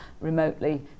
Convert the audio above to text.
remotely